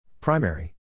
Primary